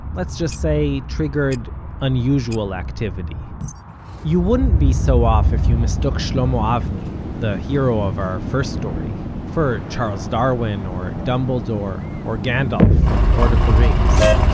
let's just say triggered unusual activity you wouldn't be so off if you mistook shlomo avni, the hero of our first story, for charles darwin or dumbledore, or gandalf from lord of the rings.